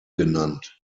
genannt